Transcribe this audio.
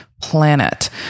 planet